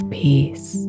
peace